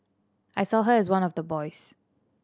I saw her as one of the boys